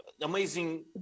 amazing